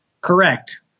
Correct